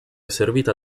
servita